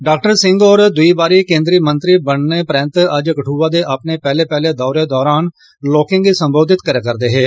doctor Singh होर दुई बारी केन्द्री मंत्री बनने परैन्त अज्ज कठुआ दे अपने पैहले पैहले दौरे दरान लोकें गी संबोधित करै'रदे हे